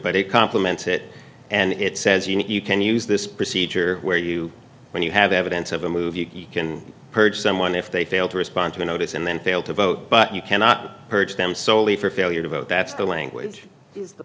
but it compliments it and it says you know you can use this procedure where you when you have evidence of a move you can purge someone if they fail to respond to a notice and then fail to vote but you cannot purge them solely for failure to vote that's the